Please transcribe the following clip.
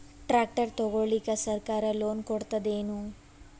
Tractor ತಗೊಳಿಕ ಸರ್ಕಾರ loan ಕೊಡತದೇನು?